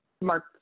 mark